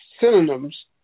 synonyms